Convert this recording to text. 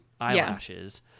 eyelashes